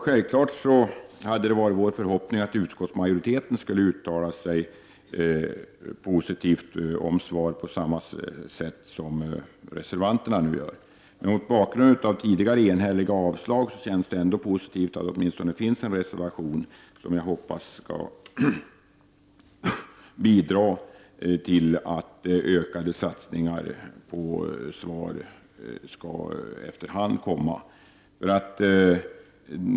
Självklart var det vår förhoppning att utskottsmajoriteten skulle uttala sig positivt för SVAR på samma sätt som reservanterna har gjort. Men mot bakgrund av tidigare enhälliga avslag känns det ändå positivt att det åtminstone finns en reservation som jag hoppas att alla som vill bidra till ökade satsningar på SVAR skall stödja.